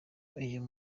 uyu